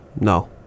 No